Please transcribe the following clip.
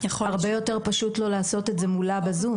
הרבה יותר פשוט לו לעשות את זה מולה בזום